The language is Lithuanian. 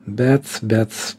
bet bet